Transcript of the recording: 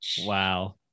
Wow